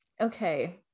Okay